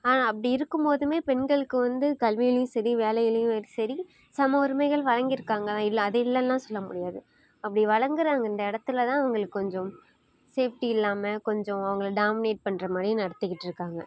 ஆனால் அப்படி இருக்கும்போதுமே பெண்களுக்கு வந்து கல்விலையும் சரி வேலையிலையும் சரி சம உரிமைகள் வழங்கியிருக்காங்க இல்லை அது இல்லைனுலாம் சொல்ல முடியாது அப்படி வழங்குகிற அந்த இடத்துலதான் அவங்களுக்கு கொஞ்சம் சேப்ஃடி இல்லாமல் கொஞ்சம் அவங்கள டாமினேட் பண்ணுறமாரி நடத்திக்கிட்டு இருக்காங்க